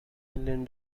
million